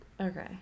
okay